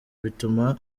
bituma